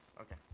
Okay